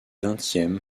vingtième